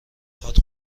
خواد